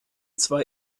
zwei